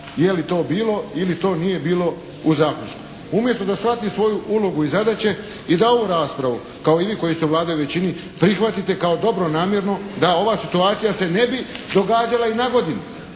je li to bilo ili to nije bilo u … /Govornik se ne razumije./ … umjesto da shvati svoju ulogu i zadaće i da ovu raspravu kao i vi koji ste u vladajućoj većini prihvatite kao dobronamjerno da ova situacija se ne bi događala i nagodinu.